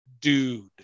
Dude